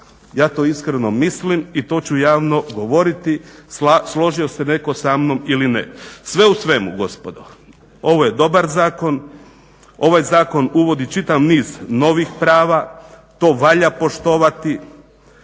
Ja to iskreno mislim i to ću javno govoriti složio se netko sa mnom ili ne. Sve u svemu gospodo, ovo je dobar zakon. ovaj zakon uvodi čitav niz novih prava, to valja poštovati.